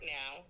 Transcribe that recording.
now